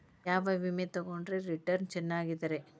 ಯಾವ ವಿಮೆ ತೊಗೊಂಡ್ರ ರಿಟರ್ನ್ ಚೆನ್ನಾಗಿದೆರಿ?